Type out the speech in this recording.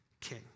king